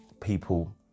people